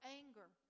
anger